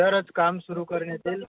तरंच काम सुरू करण्यात येतील